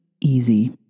easy